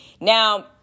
Now